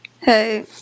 Hey